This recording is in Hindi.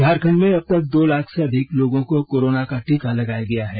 झारखंड में अबतक दो लाख से अधिक लोगों को कोरोना का टीका लगाया गया है